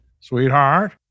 sweetheart